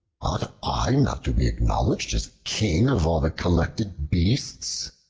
ought i not to be acknowledged as king of all the collected beasts?